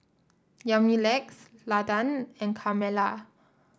Yamilex Landan and Carmella